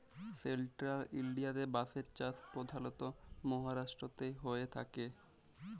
central ইলডিয়াতে বাঁশের চাষ পধালত মাহারাষ্ট্রতেই হঁয়ে থ্যাকে